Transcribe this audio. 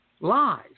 lies